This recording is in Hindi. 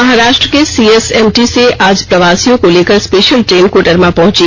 महाराष्ट्र के सीएसएमटी से आज प्रवासियों को लेकर स्पेशल ट्रेन कोडरमा पहुंची